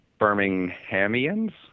Birminghamians